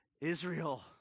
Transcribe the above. Israel